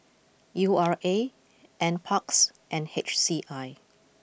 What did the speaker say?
U R A Nparks and H C I